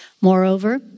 Moreover